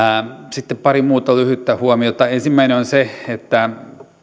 sitten pari muuta lyhyttä huomiota ensimmäinen on se että